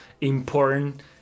important